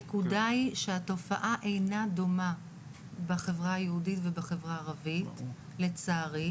הנקודה היא שהתופעה אינה דומה בחברה היהודית ובחברה הערבית לצערי,